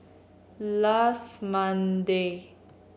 last Monday